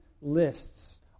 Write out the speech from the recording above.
lists